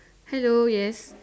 hello yes